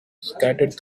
scattered